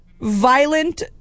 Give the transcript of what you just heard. violent